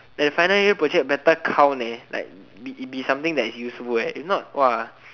the final year project better count eh like be be something that is useful eh if not !wah!